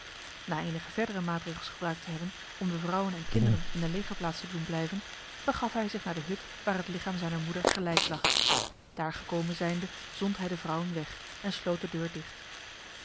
na enige verdere maatregels gebruikt te hebben om de vrouwen en kinderen in de legerplaats te doen blijven begaf hij zich naar de hut waar het lichaam zijner moeder gelijkt lag daar gekomen zijnde zond hij de vrouwen weg en sloot de deur dicht